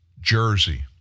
jersey